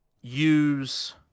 use